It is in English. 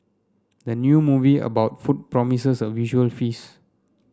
the new movie about food promises a visual feast